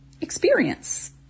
experience